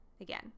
Again